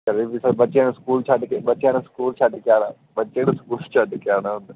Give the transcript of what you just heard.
ਘਰ ਵੀ ਬੱਚਿਆਂ ਨੂੰ ਸਕੂਲ ਛੱਡ ਕੇ ਬੱਚਿਆਂ ਨੂੰ ਸਕੂਲ ਛੱਡ ਕੇ ਆਉਣਾ ਬੱਚਿਆਂ ਨੂੰ ਸਕੂਲ ਛੱਡ ਕੇ ਆਉਣਾ ਹੁੰਦਾ